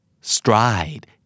Stride